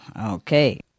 Okay